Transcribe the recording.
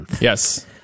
Yes